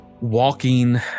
walking